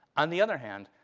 on the other hand,